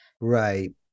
right